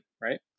Right